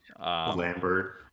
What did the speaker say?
Lambert